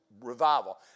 revival